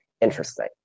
interesting